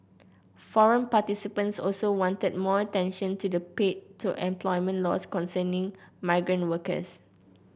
forum participants also wanted more attention to the paid to employment laws concerning migrant workers